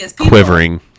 Quivering